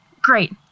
great